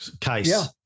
case